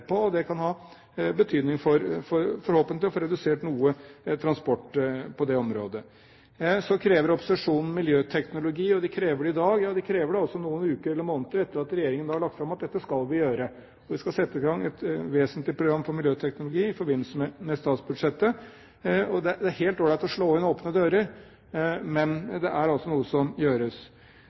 kan forhåpentlig ha betydning for å få redusert noe transport på det området. Så krever opposisjonen miljøteknologi, og den krever det i dag. Ja, den krever det altså noen uker eller måneder etter at regjeringen har lagt dette fram og sagt at dette skal vi gjøre. Vi skal sette i gang et vesentlig program for miljøteknologi i forbindelse med statsbudsjettet. Det er helt all right å slå inn åpne dører – men det er altså noe som gjøres.